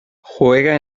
juega